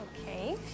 Okay